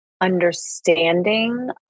understanding